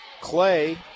clay